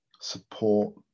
Support